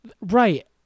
Right